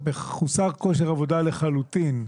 מחוסר כושר עבודה לחלוטין,